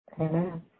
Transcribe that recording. Amen